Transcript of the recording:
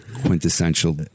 quintessential